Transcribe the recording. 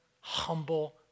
humble